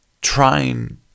trying